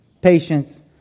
patience